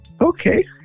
okay